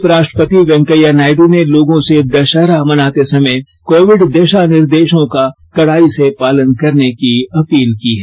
उपराष्ट्रपति वेंकैया नायडू ने लोगो र्से दशहरा मनाते समय कोविड दिशा निर्देशों का कड़ाई से पालन करने की अपील की है